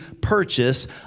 purchase